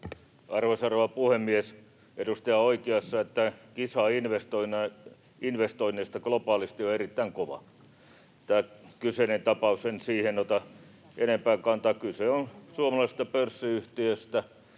Arvoisa rouva puhemies! Edustaja on oikeassa, että kisa investoinneista globaalisti on erittäin kova. Tähän kyseiseen tapaukseen en ota enempää kantaa; kyse on suomalaisesta pörssiyhtiöstä,